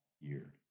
year